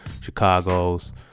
chicago's